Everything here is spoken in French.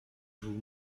vous